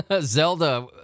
Zelda